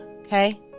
Okay